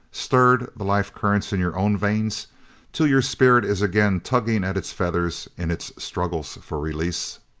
stirred the life currents in your own veins till your spirit is again tugging at its fetters in its struggles for release?